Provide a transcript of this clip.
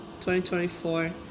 2024